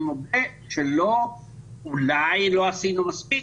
אני מודה שאולי לא עשינו מספיק,